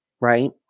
right